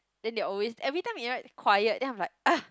then they always everytime they write quiet then I am like !ugh!